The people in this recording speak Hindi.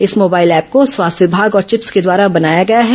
इस मोबाइल ऐप को स्वास्थ्य विभाग और चिप्स के द्वारा बनाया गया है